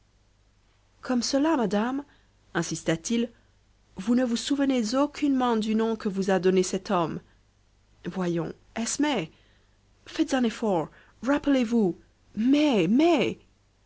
comme cela madame insista t il vous ne vous souvenez aucunement du nom que vous a donné cet homme voyons est-ce mai faites un effort rappelez-vous mai mai